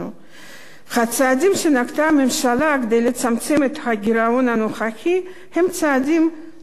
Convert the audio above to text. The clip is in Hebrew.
הצעדים שנקטה הממשלה כדי לצמצם את הגירעון הנוכחי הם צעדים לא עקביים,